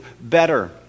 better